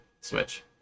Switch